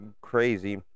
crazy